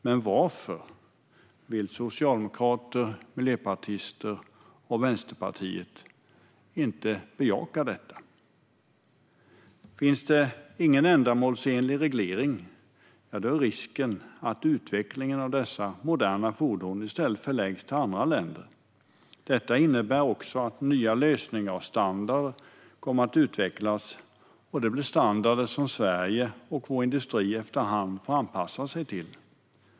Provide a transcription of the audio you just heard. Men varför vill socialdemokrater, miljöpartister och vänsterpartister inte bejaka detta? Om det inte finns någon ändamålsenlig reglering är risken att utvecklingen av dessa moderna fordon i stället förläggs till andra länder. Detta innebär också att nya lösningar och standarder kommer att utvecklas. Det blir standarder som Sverige och vår industri efter hand får anpassa sig till.